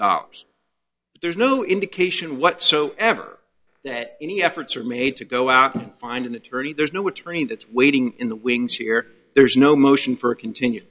dollars there's no indication whatsoever that any efforts are made to go out and find an attorney there's no attorney that's waiting in the wings here there's no motion for a continu